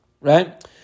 right